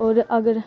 होर अगर